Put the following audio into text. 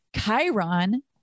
Chiron